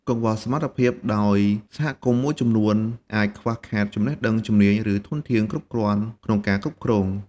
កង្វះសមត្ថភាព ដោយសហគមន៍មួយចំនួនអាចខ្វះខាតចំណេះដឹង ជំនាញ ឬធនធានគ្រប់គ្រាន់ក្នុងការគ្រប់គ្រង។